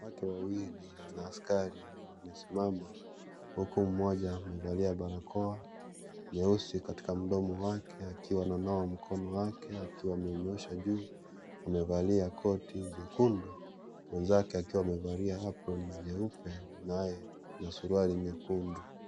Wanawake wawili na askari wamesimama huku mmoja amevalia barakoa nyeusi katika mdomo wake; akiwa ananawa mikono yake, akiwa ameinyoosha juu. Amevalia koti jekundu, mwenzake akiwa amevalia aproni nyeupe naye na suruali nyekundu.